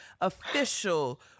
official